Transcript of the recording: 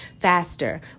faster